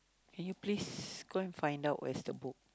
can you please go and find out where is the book